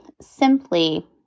simply